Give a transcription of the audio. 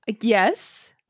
yes